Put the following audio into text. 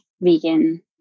vegan